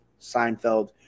Seinfeld